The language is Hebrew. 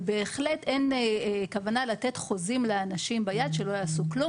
ובהחלט אין כוונה לתת חוזים לאנשים ביד שלא יעשו כלום.